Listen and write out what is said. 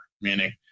meaning